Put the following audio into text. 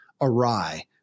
awry